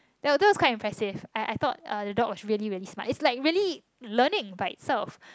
that that was quite impressive I I thought uh the dog was really really smart it's like really learning by itself